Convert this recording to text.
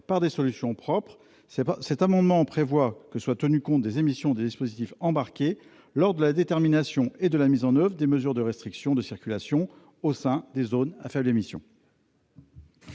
par des solutions propres, cet amendement prévoit que soit tenu compte des émissions des dispositifs embarqués lors de la détermination et de la mise en oeuvre des mesures de restriction de circulation au sein des zones à faibles émissions.